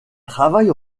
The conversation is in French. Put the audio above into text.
travaille